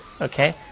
Okay